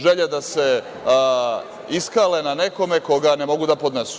Želja da se iskale na nekome koga ne mogu da podnesu.